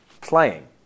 playing